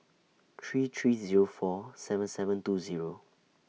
three three Zero four seven seven two Zero